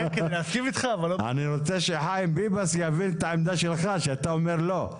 אני רוצה שחיים ביבס יבין את העמדה שלך כשאתה אומר לא.